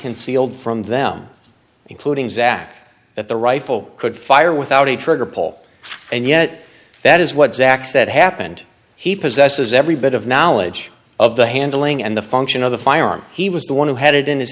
concealed from them including zach that the rifle could fire without a trigger pole and yet that is what zach said happened he possesses every bit of knowledge of the handling and the function of the firearm he was the one who had it in his